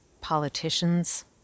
politicians